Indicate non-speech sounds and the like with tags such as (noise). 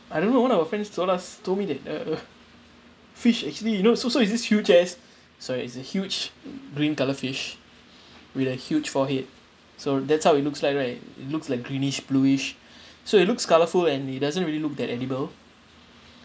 I don't know one of our friends told us told me that uh fish actually you know so so is this huge ass sorry it's a huge green colour fish with a huge forehead so that's how it looks like right it looks like greenish blueish (breath) so it looks colourful and it doesn't really looked that edible